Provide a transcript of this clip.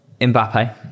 Mbappe